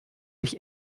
sich